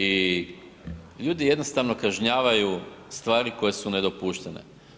I ljudi jednostavno kažnjavaju stvari koje su nedopuštene.